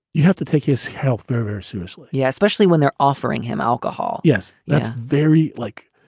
you have to take his health further seriously. yeah, especially when they're offering him alcohol. yes yes, very. like